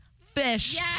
fish